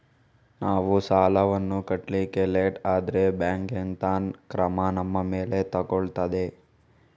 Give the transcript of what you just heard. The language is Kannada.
ನಾವು ಸಾಲ ವನ್ನು ಕಟ್ಲಿಕ್ಕೆ ಲೇಟ್ ಆದ್ರೆ ಬ್ಯಾಂಕ್ ಎಂತ ಕ್ರಮ ನಮ್ಮ ಮೇಲೆ ತೆಗೊಳ್ತಾದೆ?